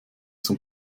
zum